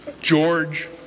George